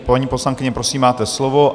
Paní poslankyně, prosím, máte slovo.